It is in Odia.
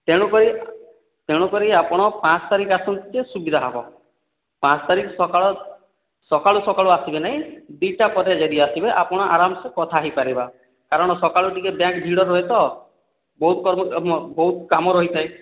ତେଣୁ କରି ତେଣୁ କରି ଆପଣ ପାଞ୍ଚ ତାରିଖରେ ଆସନ୍ତୁ ଯେ ସୁବିଧା ହେବ ପାଞ୍ଚ ତାରିଖ ସକାଳ ସକାଳୁ ସକାଳୁ ଆସିବେ ନାହିଁ ଦୁଇଟା ପରେ ଯଦି ଆସିବେ ଆପଣ ଆରାମ ସେ କଥା ହୋଇପାରିବା କାରଣ ସକାଳୁ ଟିକେ ବ୍ୟାଙ୍କ ଭିଡ଼ ରହେ ତ ବହୁତ କାମ ବହୁତ କାମ ରହିଥାଏ